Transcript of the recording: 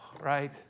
right